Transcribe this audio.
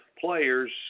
players